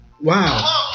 Wow